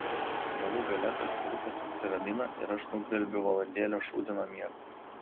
galų gale tas vyrukas apsiramina ir aš nugvelbiu valandėlę šūdino miego